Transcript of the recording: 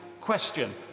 question